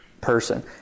person